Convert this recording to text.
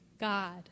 God